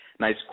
nice